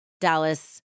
Dallas